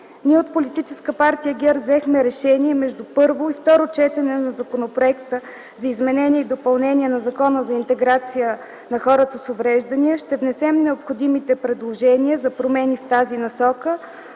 ние от политическа партия ГЕРБ взехме решение между първо и второ четене на Законопроекта за изменение и допълнение на Закона за интеграция на хората с увреждания да внесем необходимите предложения за промени в тази насока,